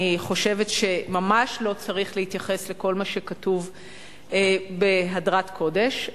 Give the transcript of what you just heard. אני חושבת שממש לא צריך להתייחס למה שכתוב בהדרת קודש,